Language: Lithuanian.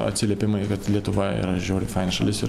atsiliepimai kad lietuva yra žiauriai faina šalis ir